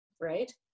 right